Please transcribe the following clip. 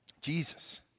Jesus